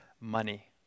money